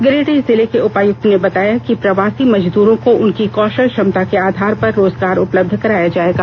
गिरिडीह जिले के उपायुक्त ने बताया कि प्रवासी मजदूरों को उनकी कौ शल क्षमता के आधार पर रोजगार उपलब्ध कराया जाएगा